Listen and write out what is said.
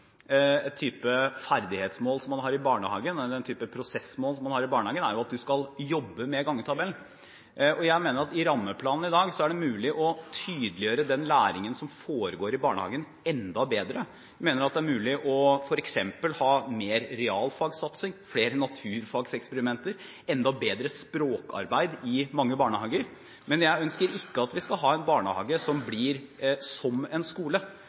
Jeg mener at i rammeplanen i dag er det mulig å tydeliggjøre den læringen som foregår i barnehagen, enda bedre. Jeg mener det er mulig f.eks. å ha mer realfagssatsing, flere naturfagseksperimenter, enda bedre språkarbeid i mange barnehager, men jeg ønsker ikke at vi skal ha en barnehage som blir som en skole.